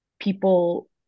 people